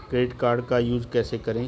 Credit card का use कैसे करें?